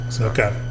okay